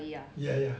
yeah yeah